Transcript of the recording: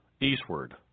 eastward